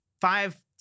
five